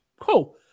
Cool